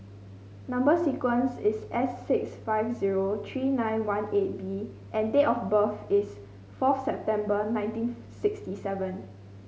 number sequence is S six five zero three nine one eight B and date of birth is fourth September nineteen sixty seven